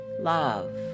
love